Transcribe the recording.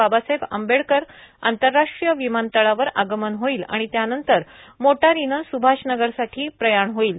बाबासाहेब आंबेडकर आतंरराष्ट्रीय विमानतळावर आगमन होईल आणि त्यानंतर मोटारीनं स्भाषनगरसाठी प्रयाण होईल